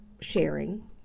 sharing